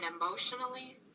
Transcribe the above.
emotionally